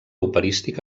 operístic